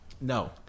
No